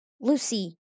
Lucy